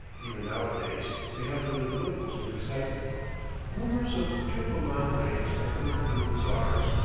even nowadays they have their little ripples of excitement rumors of turcoman raids are heard in the bazaars,